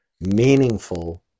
meaningful